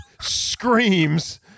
screams